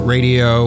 Radio